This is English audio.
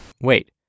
Wait